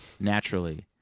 naturally